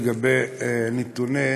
לגבי נתוני